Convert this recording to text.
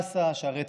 הדסה, שערי צדק,